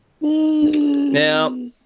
Now